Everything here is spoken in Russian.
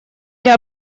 для